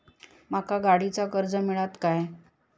माका गाडीचा कर्ज मिळात काय?